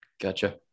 Gotcha